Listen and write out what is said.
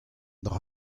dra